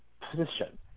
position